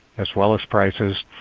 as well as prices.